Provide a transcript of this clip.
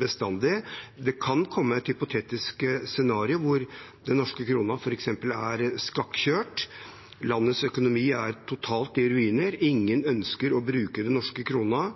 bestandig. Det kan komme et hypotetisk scenario hvor den norske krona f.eks. er skakkjørt, landets økonomi er totalt i ruiner, ingen ønsker å bruke den norske krona